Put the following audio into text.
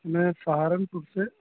میں سہارنپور سے